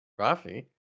Rafi